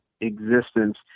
existence